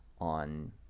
on